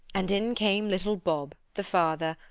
and in came little bob, the father,